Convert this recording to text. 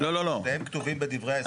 שניהם כתובים בדברי ההסבר.